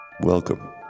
Welcome